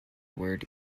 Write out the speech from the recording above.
word